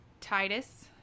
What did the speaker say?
Titus